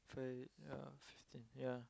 five yeah fifty cent yeah